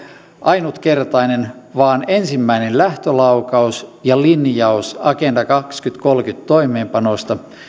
ainutkertainen vaan ensimmäinen lähtölaukaus ja linjaus agenda kaksituhattakolmekymmentä toimeenpanosta